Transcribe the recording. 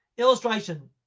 Illustration